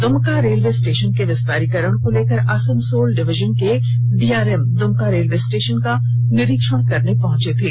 Dumka railway station के विस्तारीकरण को लेकर आसनसोल डिवीजन के डीआरएम दुमका रेलवे स्टेशन का निरीक्षण करने पहँचे थे